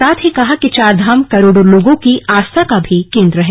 साथ ही कहा कि चारधाम करोड़ों लोगों की आस्था के केन्द्र भी है